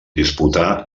disputà